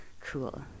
cool